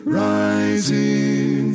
rising